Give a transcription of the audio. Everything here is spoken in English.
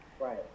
Right